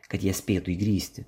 kad jie spėtų įgrysti